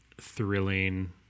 thrilling